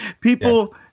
people